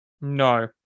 No